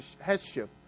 headship